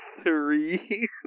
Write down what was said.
three